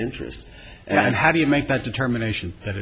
interests and how do you make that determination